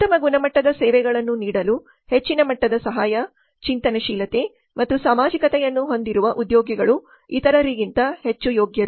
ಉತ್ತಮ ಗುಣಮಟ್ಟದ ಸೇವೆಗಳನ್ನು ನೀಡಲು ಹೆಚ್ಚಿನ ಮಟ್ಟದ ಸಹಾಯ ಚಿಂತನಶೀಲತೆ ಮತ್ತು ಸಾಮಾಜಿಕತೆಯನ್ನು ಹೊಂದಿರುವ ಉದ್ಯೋಗಿಗಳು ಇತರರಿಗಿಂತ ಹೆಚ್ಚು ಯೋಗ್ಯರು